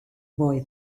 boy